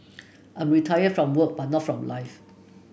I'm retired from work but not from life